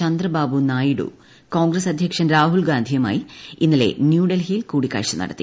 ചന്ദ്രബാബു നായിഡു കോൺഗ്രസ് അധ്യക്ഷൻ രാഹുൽഗാന്ധിയുമായി ഇന്നലെ ന്യൂഡൽഹിയിൽ കൂടിക്കാഴ്ച നടത്തി